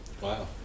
Wow